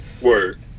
Word